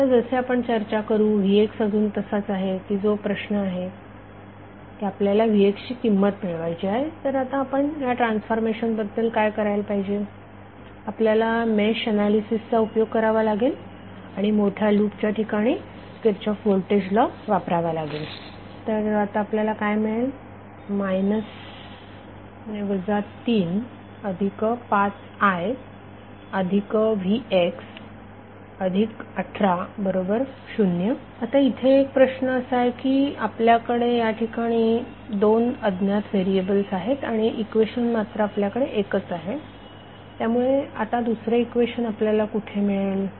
आता जसे आपण चर्चा करू vx अजून तसाच आहे की जो प्रश्न आहे की आपल्याला vx ची किंमत मिळवायची आहे तर आता आपण या ट्रान्सफॉर्मेशन बद्दल काय करायला हवे आपल्याला मेश ऍनालिसिसचा उपयोग करावा लागेल आणि या मोठ्या लूप च्या ठिकाणी किरचॉफ व्होल्टेज लॉ वापरावा लागेल आपल्याला काय मिळेल 35ivx180 आता इथे प्रश्न असा आहे की आपल्याकडे या ठिकाणी 2 अज्ञात व्हेरिएबल्स आहेत आणि इक्वेशन मात्र आपल्याकडे एकच आहे त्यामुळे आता दुसरे इक्वेशन आपल्याला कुठे मिळेल